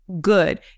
good